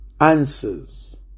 Answers